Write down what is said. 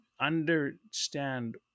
understand